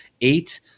eight